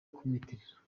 kumwitirira